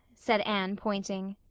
said anne, pointing.